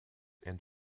and